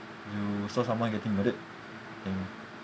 you saw someone getting murdered and